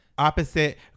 opposite